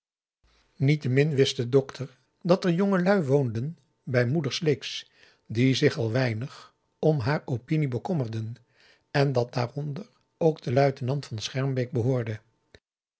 niettemin wist de dokter dat er jongelui woonden bij moeder sleeks die zich al weinig om haar opinie bekommerden en dat daaronder ook de luitenant van schermbeek behoorde